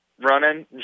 running